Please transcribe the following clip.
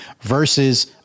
versus